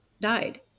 died